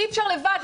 אי אפשר לבד,